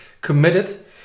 committed